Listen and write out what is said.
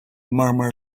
murmur